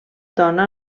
dona